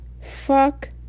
fuck